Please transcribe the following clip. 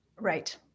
right